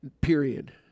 Period